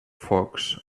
folks